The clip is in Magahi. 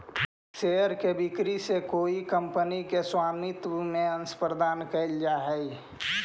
शेयर के बिक्री से कोई कंपनी के स्वामित्व में अंश प्रदान कैल जा हइ